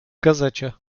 gazecie